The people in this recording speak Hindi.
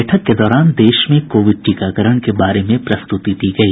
बैठक के दौरान देश में कोविड टीकाकरण के बारे में प्रस्तुति दी गई